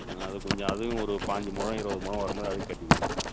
அதுக் கொஞ்சம் அதுவும் ஒரு பதிஞ்சு முழம் இருபது முழம் வர்ற மாதிரி அதுவும் கட்டிக் கொடுங்க